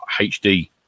hd